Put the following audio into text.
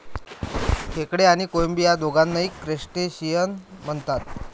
खेकडे आणि कोळंबी या दोघांनाही क्रस्टेशियन म्हणतात